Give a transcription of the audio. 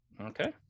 okay